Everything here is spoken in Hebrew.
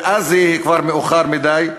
ואז זה כבר מאוחר מדי,